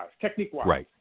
technique-wise